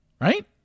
right